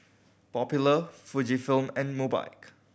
Popular Fujifilm and Mobike